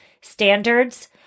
standards